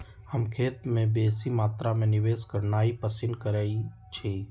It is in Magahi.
हम खेत में बेशी मत्रा में निवेश करनाइ पसिन करइछी